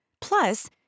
Plus